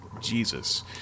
Jesus